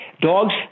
dogs